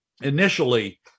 initially